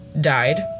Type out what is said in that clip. died